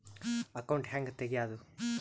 Account ಹ್ಯಾಂಗ ತೆಗ್ಯಾದು?